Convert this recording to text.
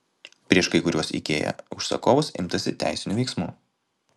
prieš kai kuriuos ikea užsakovus imtasi teisinių veiksmų